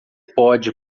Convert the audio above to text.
pode